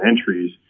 entries